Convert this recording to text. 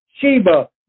Sheba